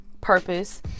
purpose